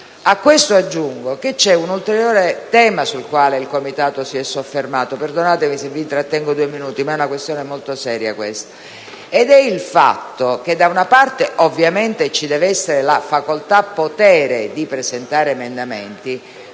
A questo aggiungo che c'è un'ulteriore tema sul quale il Comitato si è soffermato (perdonatemi se vi trattengo sulla questione, ma è molto seria) ed è il fatto che da una parte, ovviamente, ci deve essere la facoltà-potere di presentare emendamenti,